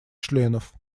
членов